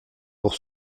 pour